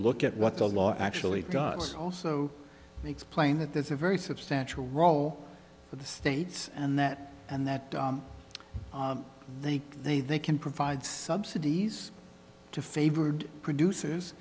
look at what the law actually gods also makes plain that there's a very substantial role for the states and that and that they they they can provide subsidies to favored producers